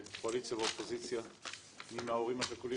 קואליציה ואופוזיציה עם ההורים השכולים